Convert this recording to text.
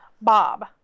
Bob